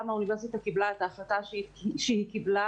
האוניברסיטה קיבלה את ההחלטה שהיא קיבלה.